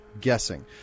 Guessing